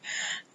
okay okay